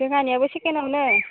जोंहानियाबो सेकेन्डआवनो